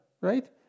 Right